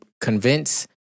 convince